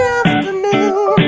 afternoon